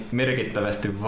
merkittävästi